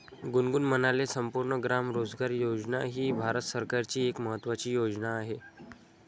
गुनगुन म्हणाले, संपूर्ण ग्राम रोजगार योजना ही भारत सरकारची एक महत्त्वाची योजना आहे